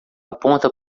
aponta